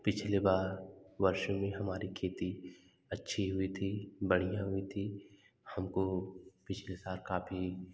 पिछले बार वर्षे में हमारी खेती अच्छी हुई थी बढ़िया हुई थी हमको पिछले साल काफ़ी